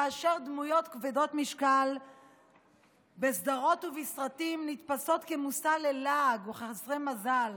כאשר דמויות כבדות משקל בסדרות ובסרטים נתפסות כמושא ללעג וכחסרי מזל.